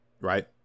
Right